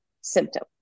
symptom